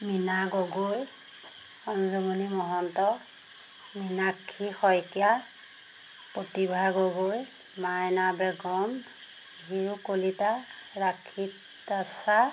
Meena Gogoi Anjumoni Mahanta Meenakshi Saikia Pratibha Gogoi Maina Begum Hiro Kalita Rakhit Dasa